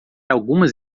algumas